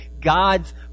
God's